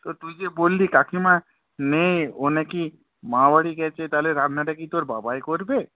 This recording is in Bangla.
তো তুই যে বললি কাকিমা নেই ও না কি মামাবাড়ি গিয়েছে তালে রান্নাটা কি তোর বাবাই করবে